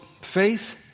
faith